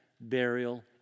burial